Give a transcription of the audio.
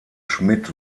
schmidt